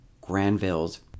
Granville's